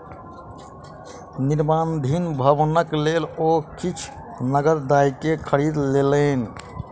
निर्माणाधीन भवनक लेल ओ किछ नकद दयके खरीद लेलैन